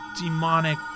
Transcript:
demonic